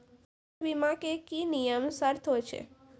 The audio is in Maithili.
फसल बीमा के की नियम सर्त होय छै?